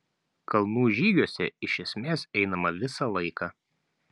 kalnų žygiuose iš esmės einama visą laiką